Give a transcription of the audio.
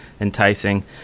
enticing